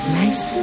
nice